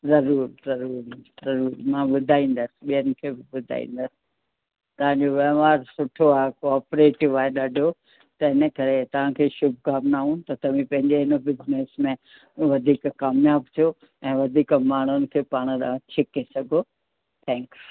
ज़रूरु ज़रूरु ज़रूरु मां ॿुधाईंदसि ॿियनि खे बि ॿुधाईंदसि तव्हां जो वहिंवारु सुठो आहे कॉपरेटिव आहे ॾाढो त हिन करे तव्हां खे शुभकामिनाऊं त तव्हीं पंहिंजे हिन बिसनिस में वधीक कामियाबु थियो ऐं वधीक माण्हुनि खे पाण ॾांहुं छिके सघो थैंक्स